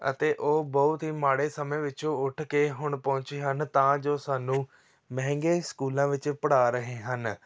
ਅਤੇ ਉਹ ਬਹੁਤ ਹੀ ਮਾੜੇ ਸਮੇਂ ਵਿੱਚੋਂ ਉੱਠ ਕੇ ਹੁਣ ਪਹੁੰਚੇ ਹਨ ਤਾਂ ਜੋ ਸਾਨੂੰ ਮਹਿੰਗੇ ਸਕੂਲਾਂ ਵਿੱਚ ਪੜ੍ਹਾ ਰਹੇ ਹਨ